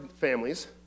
families